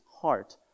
heart